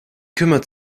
kümmert